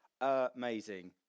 amazing